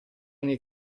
nei